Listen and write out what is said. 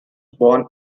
born